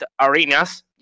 arenas